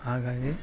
ಹಾಗಾಗಿ